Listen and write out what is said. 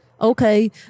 Okay